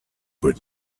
but